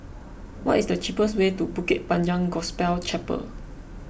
what is the cheapest way to Bukit Panjang Gospel Chapel